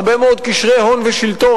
הרבה מאוד קשרי הון ושלטון,